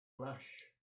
flash